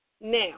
now